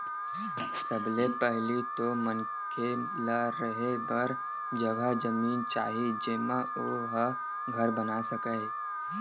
सबले पहिली तो मनखे ल रेहे बर जघा जमीन चाही जेमा ओ ह घर बना सकय